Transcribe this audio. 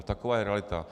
Taková je realita.